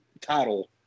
title